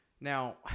now